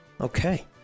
Okay